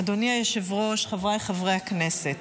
אדוני היושב-ראש, חבריי חברי הכנסת,